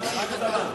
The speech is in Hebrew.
ראשונה של,